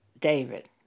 David